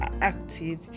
active